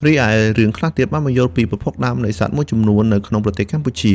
រីឯ រឿងខ្លះទៀតបានពន្យល់ពីប្រភពដើមនៃសត្វមួយចំនួននៅក្នុងប្រទេសកម្ពុជា។